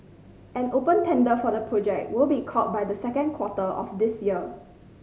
an open tender for the project will be called by the second quarter of this year